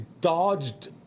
dodged